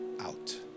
out